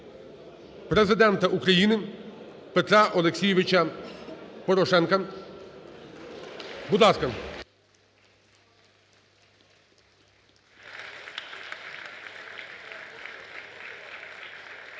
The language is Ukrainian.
Президента України Петра Олексійовича Порошенка. Будь ласка.